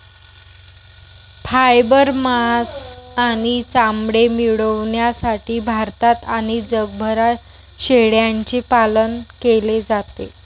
fibre, मांस आणि चामडे मिळविण्यासाठी भारतात आणि जगभरात शेळ्यांचे पालन केले जाते